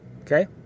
Okay